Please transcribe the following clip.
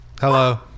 hello